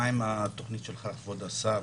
מה עם התוכנית שלך, כבוד השר,